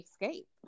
escape